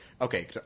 okay